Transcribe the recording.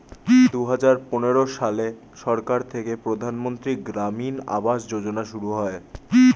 দুহাজার পনেরো সালে সরকার থেকে প্রধানমন্ত্রী গ্রামীণ আবাস যোজনা শুরু হয়